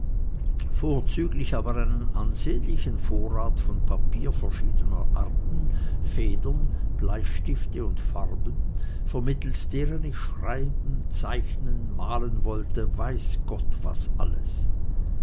vorzüglich aber einen ansehnlichen vorrat von papier verschiedener art federn bleistifte und farben vermittelst deren ich schreiben zeichnen malen wollte weiß gott was alles